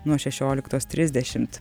nuo šešioliktos trisdešimt